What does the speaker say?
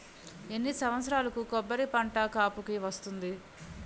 ఎన్ని సంవత్సరాలకు కొబ్బరి పంట కాపుకి వస్తుంది?